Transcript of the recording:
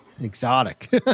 exotic